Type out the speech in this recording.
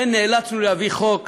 לכן נאלצנו להביא חוק